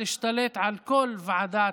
להשתלט על כל הוועדה